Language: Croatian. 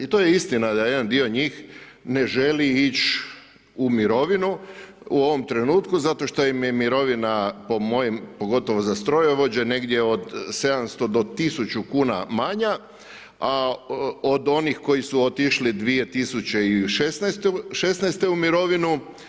I to je istina da jedan dio njih ne želi ići u mirovinu u ovom trenutku zato što im je mirovina po mojem pogotovo za strojovođe negdje od 700 do tisuću kuna manja, a od onih koji su otišli 2016. u mirovinu.